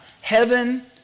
Heaven